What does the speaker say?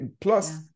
Plus